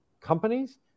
companies